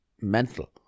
mental